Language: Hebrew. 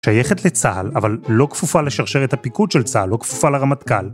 שייכת לצה״ל אבל לא כפופה לשרשרת הפיקוד של צה״ל, לא כפופה לרמטכ״ל.